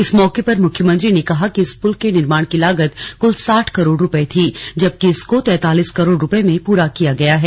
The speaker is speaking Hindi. इस मौके पर मुख्यमंत्री ने कहा कि इस पुल के निर्माण की लागत कुल साठ करोड़ रूपये थी जबकि इसको तिरालीस करोड़ रूपये में पूरा किया गया है